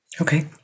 Okay